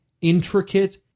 intricate